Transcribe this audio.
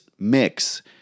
mix